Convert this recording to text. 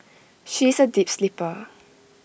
she is A deep sleeper